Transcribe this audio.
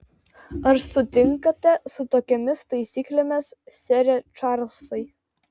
ar sutinkate su tokiomis taisyklėmis sere čarlzai